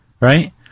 right